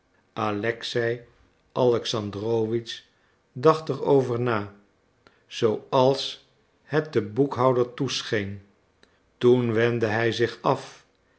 alexei alexandrowitsch dacht er over na zooals het den boekhouder toescheen toen wendde hij zich af